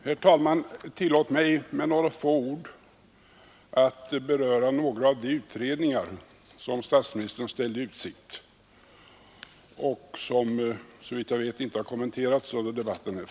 Herr talman! Tillåt mig att med några få ord beröra några av de utredningar som statsministern ställde i utsikt och som, såvitt jag vet, inte förut har kommenterats under debatten här.